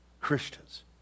Christians